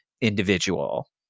individual